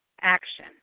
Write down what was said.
action